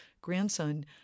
grandson